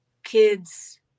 kids